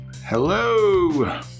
Hello